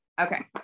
Okay